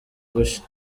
gushya